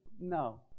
No